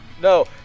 No